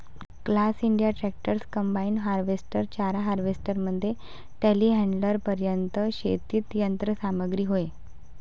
class India tractors, combine harvester, चारा harvester मध्ये टेलीहँडलरपर्यंत शेतीची यंत्र सामग्री होय